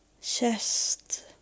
chest